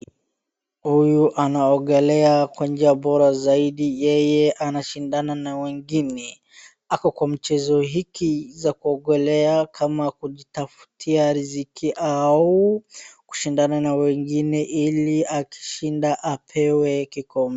Huyu anaogelea kwa njia bora zaidi, yeye anashindana na wengine, ako kwa mchezo hiki ya kuogelea kama kujitafutia riziki au kusindana na wengine ili akishinda apewe kikombe.